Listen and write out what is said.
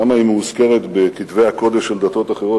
כמה היא מאוזכרת בכתבי הקודש של דתות אחרות,